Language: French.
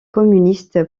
communiste